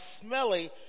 smelly